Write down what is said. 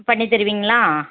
பண்ணித் தருவீங்களா